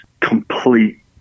complete